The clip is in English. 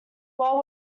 while